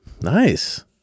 nice